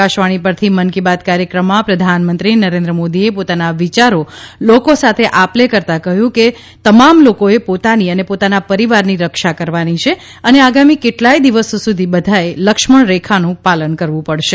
આકાશવાણી પરથી મન કી બાત કાર્યક્રમમાં પ્રધાનમંત્રી નરેન્દ્ર મોદીએ પોતાના વિયારો લોકો સાથે આપ લે કરતા કહ્યું કે તમામ લોકોએ પોતાની અને પોતાના પરિવારની રક્ષા કરવાની છે અને આગામી કેટલાય દિવસો સુધી બધાએ લક્ષમણરેખાનું પાલન કરવું પડશે